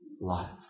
life